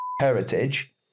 heritage